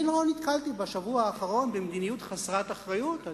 אני לא נתקלתי בשבוע האחרון במדיניות חסרת אחריות.